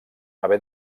haver